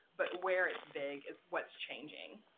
but where it's big is what's changing.